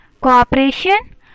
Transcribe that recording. cooperation